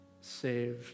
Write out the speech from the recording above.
saved